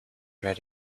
write